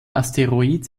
asteroid